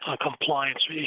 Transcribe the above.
compliance